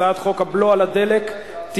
הצעת חוק הבלו על הדלק (תיקון,